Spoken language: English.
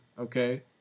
okay